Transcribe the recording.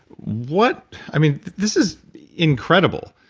what, i mean, this is incredible.